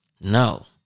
No